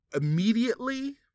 immediately